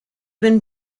been